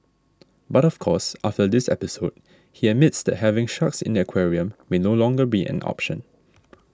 but of course after this episode he admits that having sharks in the aquarium may no longer be an option